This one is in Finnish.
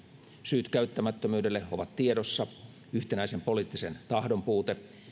syyt käyttämättömyydelle ovat tiedossa yhtenäisen poliittisen tahdon puute